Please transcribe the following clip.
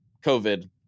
COVID